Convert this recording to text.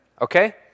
Okay